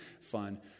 fun